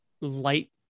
light